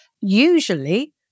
usually